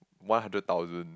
one hundred thousand